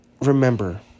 remember